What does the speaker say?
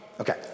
Okay